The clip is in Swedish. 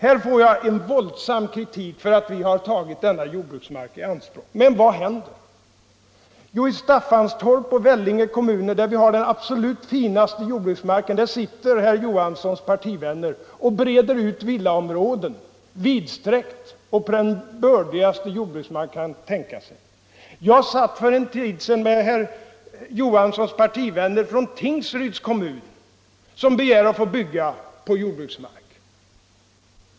Här får jag en våldsam kritik för att vi har tagit denna jordbruksmark i anspråk. Men vad händer? Jo, i Staffanstorps och Vellinge kommuner, där vi har den absolut finaste jordbruksmarken, sitter herr Johanssons partikamrater och breder ut villaområden, vidsträckt och på den bördigaste jordbruksmark man kan tänka sig. Jag satt för en tid sedan med herr Johanssons partivänner från Tingsryds kommun, som begär att få bygga på jordbruksmark.